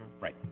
Right